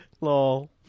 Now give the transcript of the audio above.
Lol